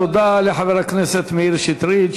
תודה לחבר הכנסת מאיר שטרית,